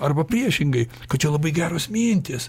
arba priešingai kad čia labai geros mintys